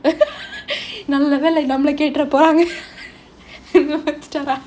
நல்லவேளை நம்மளே கேட்டுற போறாங்க:nallavelai nammale kettura poraanga